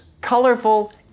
colorful